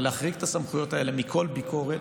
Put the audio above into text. ולהחריג את הסמכויות האלה מכל ביקורת,